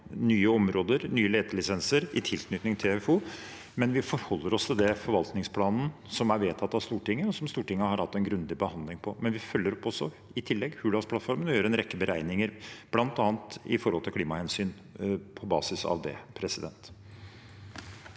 nye områder, nye letelisenser i tilknytning til TFO, men vi forholder oss til den forvaltningsplanen som er vedtatt av Stortinget, og som Stortinget har hatt en grundig behandling av. I tillegg følger vi opp Hurdalsplattformen og gjør en rekke beregninger, bl.a. av klimahensyn, på basis av det. Presidenten